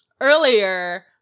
earlier